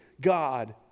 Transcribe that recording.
God